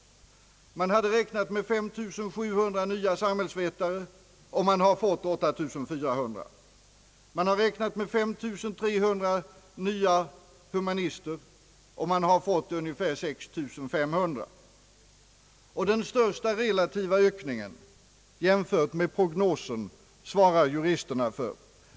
Man hade räknat med 5700 nya samhällsvetare, och man har fått 8 400. Man hade räknat med 5300 nya humanister, och man har fått ungefär 6 500. Den största relativa ökningen jämfört med prognosen svarar juristerna för.